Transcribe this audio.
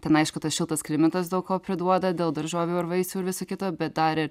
ten aišku tas šiltas klimatas daug ko priduoda dėl daržovių ir vaisių ir visa kito bet dar ir